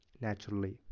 naturally